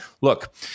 look